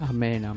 Amen